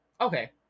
okay